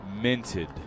minted